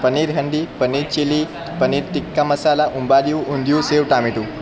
paneer handi paneer chilli paneer tikka masala umbadiyu undhiyu sev ટામેટું